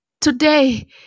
Today